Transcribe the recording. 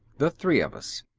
the three of us.